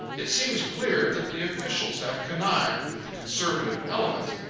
it seems clear that the officials have connived with the conservative element,